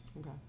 Okay